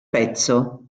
pezzo